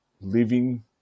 living